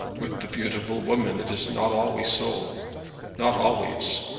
with the beautiful woman it is not always so not always.